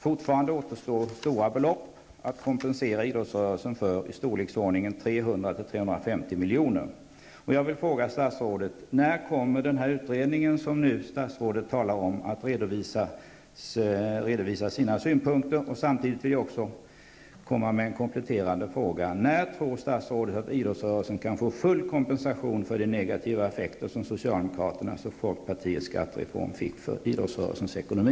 Fortfarande återstår stora belopp att kompensera idrottsrörelsen för, belopp i storleksordningen 300--350 milj.kr. Jag vill fråga statsrådet: När kommer den utredning som statsrådet talade om att redovisa sina synpunkter? Samtidigt vill jag också ställa en kompletterande fråga: När tror statsrådet att idrottsrörelsen kan få full kompensation för de negativa effekter som socialdemokraternas och folkpartiets skattereform fick för idrottsrörelsens ekonomi?